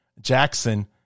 Jackson